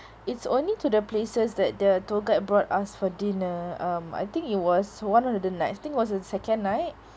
it's only to the places that the tour guide brought us for dinner um I think it was one of the nights think was the second night